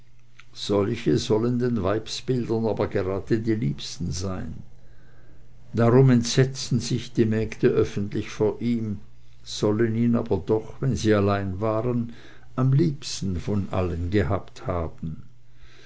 solche sollen den weibsbildern aber gerade die liebsten sein darum entsetzten sich die mägde öffentlich vor ihm sollen ihn aber doch wenn sie alleine waren am liebsten von allen gehabt haben